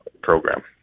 program